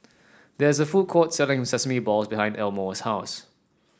there is a food court selling sesame ball behind Elmore's house